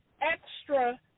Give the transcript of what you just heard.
extra